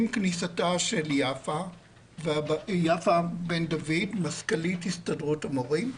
עם כניסתה של יפה בן דוד מזכ"לית הסתדרות המורים,